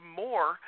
more